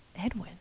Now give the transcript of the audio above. edwin